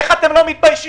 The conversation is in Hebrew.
איך אתם לא מתביישים?